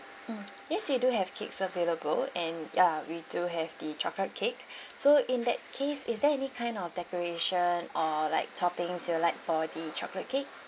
mm yes we do have cakes available and yeah we do have the chocolate cake so in that case is there any kind of decoration or like toppings you would like for the chocolate cake